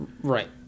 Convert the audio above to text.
Right